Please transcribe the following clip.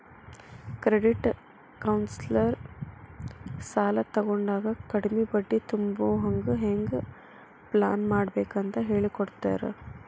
credit counsellor ಸಾಲಾ ತಗೊಂಡಾಗ ಕಡ್ಮಿ ಬಡ್ಡಿ ತುಂಬೊಹಂಗ್ ಹೆಂಗ್ ಪ್ಲಾನ್ಮಾಡ್ಬೇಕಂತ್ ಹೆಳಿಕೊಡ್ತಾರ